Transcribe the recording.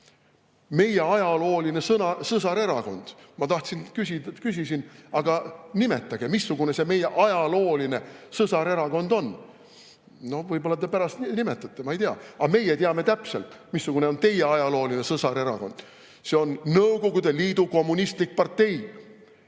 Meie ajalooline sõsarerakond! Ma küsisin, aga nimetage, missugune see meie ajalooline sõsarerakond on. Võib-olla te pärast nimetate, ma ei tea, aga meie teame täpselt, missugune on teie ajalooline sõsarerakond. See on Nõukogude Liidu Kommunistlik Partei,